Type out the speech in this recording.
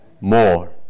more